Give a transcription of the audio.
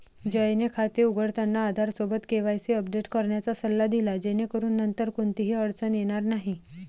जयने खाते उघडताना आधारसोबत केवायसी अपडेट करण्याचा सल्ला दिला जेणेकरून नंतर कोणतीही अडचण येणार नाही